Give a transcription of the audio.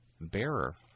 bearer